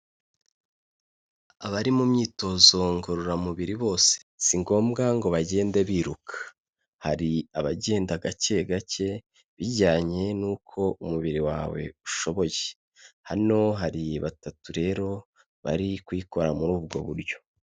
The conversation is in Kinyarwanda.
Abari mu myitozo ngororamubiri bose si ngombwa ngo bagende biruka, hari abagenda gake gake bijyanye n'uko umubiri wawe ushoboye, hano hari batatu rero bari kuyikora muri ubwo buryo.